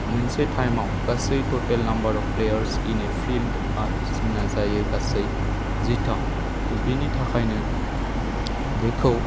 मोनसे टाइमआव गासै total number of players in a फिल्डआ जोंना जायो गासै जिथाम ड' बिनि थाखायनो बेखौ